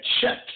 check